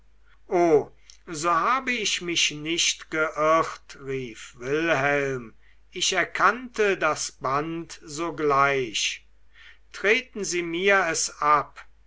so habe ich mich nicht geirrt rief wilhelm ich erkannte das band sogleich treten sie mir es ab